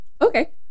okay